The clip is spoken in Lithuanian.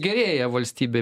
gerėja valstybė